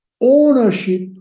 ownership